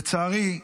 לצערי,